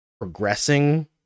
progressing